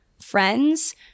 Friends